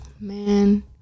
Man